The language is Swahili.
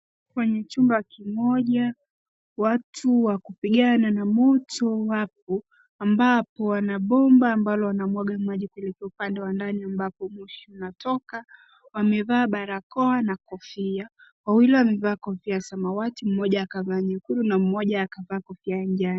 Kwenye chumba kimoja. Watu wa kupigana na moto wako, ambapo wana bomba ambalo wanamwaga maji kupeleka upande wa ndani ampabo moshi unatoka. Wamevaa barakoa na kofia. Wawili wamevaaa kofia ya samawati, mmoja akavaa nyekundu, na mmoja akavaa ya njano.